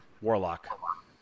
warlock